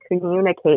communicate